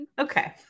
okay